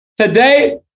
today